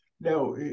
Now